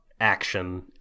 action